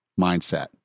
mindset